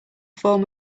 form